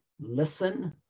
Listen